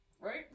Right